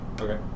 Okay